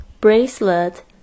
Bracelet